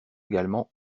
également